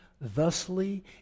thusly